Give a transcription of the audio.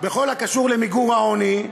בכל הקשור למיגור העוני,